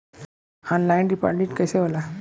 Online deposit कैसे होला?